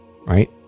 right